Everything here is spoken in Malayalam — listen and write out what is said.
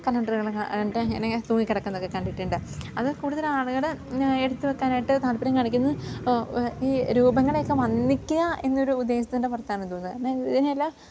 കലണ്ടറുകൾ അതിൻ്റെ അങ്ങനെ തൂങ്ങിക്കിടക്കുന്നതൊക്കെ കണ്ടിട്ടുണ്ട് അത് കൂടുതൽ ആളുകൾ എടുത്ത് വെക്കാനായിട്ട് താല്പര്യം കാണിക്കുന്ന ഈ രൂപങ്ങളെയൊക്കെ വന്ദിക്കുക എന്നൊരു ഉദ്ദേശത്തിൻ്റെ പുറത്താണിത് തോന്നുന്നത് കാരണം ഇതിനെയെല്ലാം